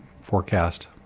forecast